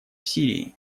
сирии